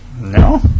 No